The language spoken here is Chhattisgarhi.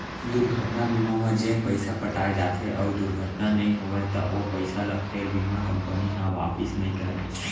दुरघटना बीमा म जेन पइसा पटाए जाथे अउ दुरघटना नइ होवय त ओ पइसा ल फेर बीमा कंपनी ह वापिस नइ करय